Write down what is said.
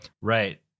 right